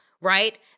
right